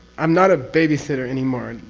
i'm not a babysitter anymore. and